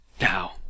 Now